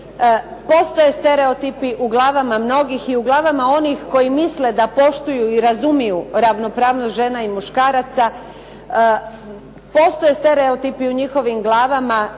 Postoje stereotipi u glavama mnogim i u glavama onih koji misle da poštuju i razumiju ravnopravnost žena i muškaraca, postoje stereotipi u njihovim glavama